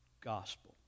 gospel